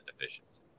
deficiency